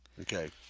Okay